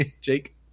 Jake